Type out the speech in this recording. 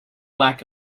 lack